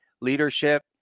leadership